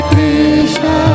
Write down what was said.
Krishna